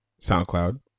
SoundCloud